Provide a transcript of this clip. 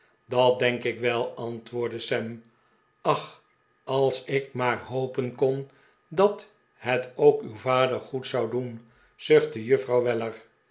dat denk ik wel antwoordde sam ach als ik maar hopen kon dat het ook uw vader goed zou doen zuchtte juffrouw weller